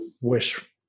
wish